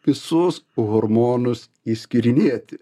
visus hormonus išskyrinėti